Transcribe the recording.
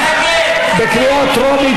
בקריאה טרומית.